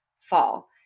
fall